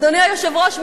אדוני היושב-ראש,